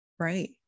Right